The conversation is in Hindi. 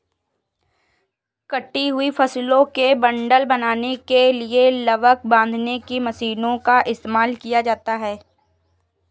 कटी हुई फसलों के बंडल बनाने के लिए लावक बांधने की मशीनों का इस्तेमाल किया जाता है